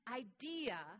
idea